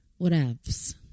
whatevs